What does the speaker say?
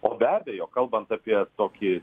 o be abejo kalbant apie tokį